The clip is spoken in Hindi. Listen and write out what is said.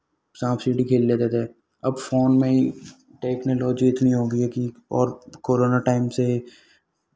सांप सीढ़ी खेल लेते थे अब फ़ोन में ही टेक्नोलॉजी इतनी हो गई है कि और कोरोना टाइम से ही